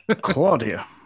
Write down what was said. Claudia